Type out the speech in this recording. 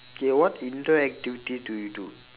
okay what indoor activities do you do